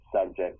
subject